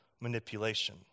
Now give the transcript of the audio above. manipulation